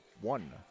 one